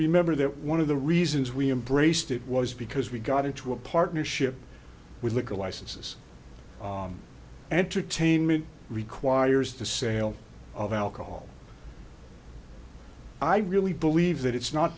remember that one of the reasons we embraced it was because we got into a partnership with liquor licenses entertainment requires the sale of alcohol i really believe that it's not